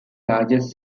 largest